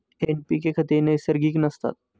NPK खते नैसर्गिक नसतात